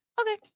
Okay